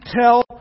tell